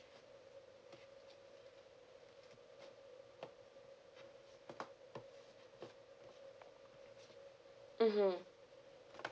mmhmm